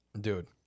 Dude